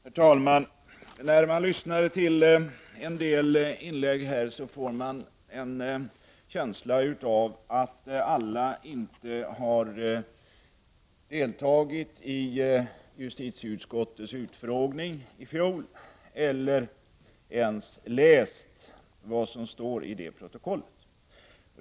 Herr talman! När man lyssnar till en del inlägg här får man en känsla av att alla inte deltog i justitieutskottets utfrågning i fjol eller ens har läst vad som står i protokollet.